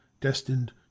destined